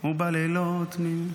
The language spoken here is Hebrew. "ובלילות".